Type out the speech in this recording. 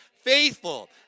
faithful